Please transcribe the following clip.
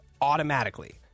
automatically